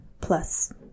plus